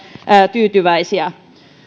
tyytyväisiä